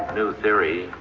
new theory